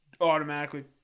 automatically